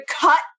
cut